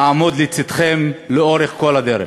אעמוד לצדכם לאורך כל הדרך.